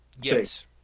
Yes